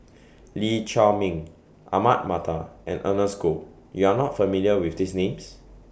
Lee Chiaw Meng Ahmad Mattar and Ernest Goh YOU Are not familiar with These Names